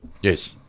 Yes